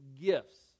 gifts